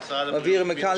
מעבירים מכאן.